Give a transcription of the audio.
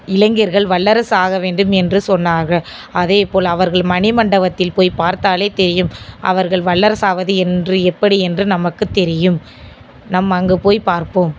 இளைஞர்கள் வல்லரசு ஆக வேண்டும் என்று சொன்னார்கள் அதே போல் அவர்கள் மணிமண்பவத்தில் போய் பாத்தாலே தெரியும் அவர்கள் வல்லரசு ஆவது என்று எப்படி என்று நமக்கு தெரியும் நம் அங்கு போய் பார்ப்போம்